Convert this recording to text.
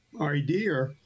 idea